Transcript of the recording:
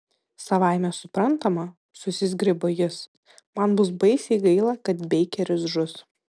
savaime suprantama susizgribo jis man bus baisiai gaila kad beikeris žus